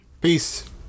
Peace